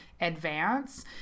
advance